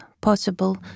possible